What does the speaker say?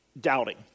doubting